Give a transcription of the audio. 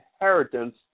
inheritance